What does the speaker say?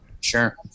Sure